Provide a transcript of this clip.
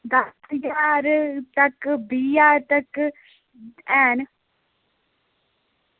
दस्स ज्हार तक्क बीह् ज्हार तक्क हैन